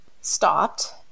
stopped